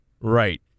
Right